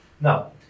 Now